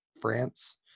france